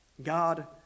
God